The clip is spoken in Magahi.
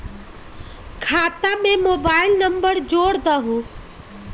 खाता में मोबाइल नंबर जोड़ दहु?